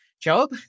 job